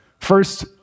First